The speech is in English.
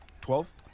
Twelve